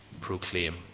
proclaim